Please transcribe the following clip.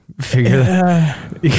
figure